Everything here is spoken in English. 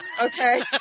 okay